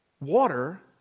water